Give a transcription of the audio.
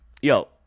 Yo